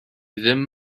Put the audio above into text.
ddim